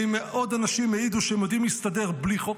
ואם עוד אנשים העידו שהם יודעים להסתדר בלי חוק,